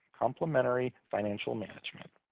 complementary financial management.